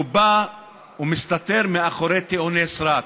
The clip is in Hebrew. הוא בא ומסתתר מאחורי טיעוני סרק.